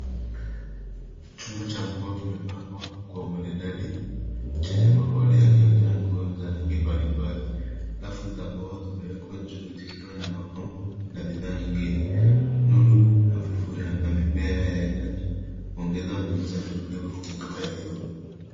Chumba cha nguo kimepangwa kwa umaridadi, chenye makola yaliyojaa nguo za rangi mbali mbali. Rafu za mbao zimewekwa juu zikiwa na mapambo na bidhaa nyingine. Nuru hafifu na mimea ya ndani huongeza mguzo tulivu kwenye duka hilo.